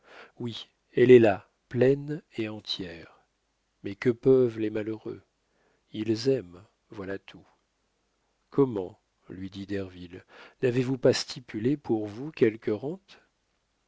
oui elle est là pleine et entière mais que peuvent les malheureux ils aiment voilà tout comment lui dit derville n'avez-vous pas stipulé pour vous quelque rente